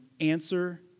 answer